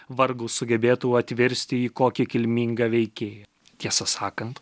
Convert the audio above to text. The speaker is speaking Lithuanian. vargu sugebėtų atvirsti į kokį kilmingą veikėją tiesą sakant